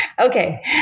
Okay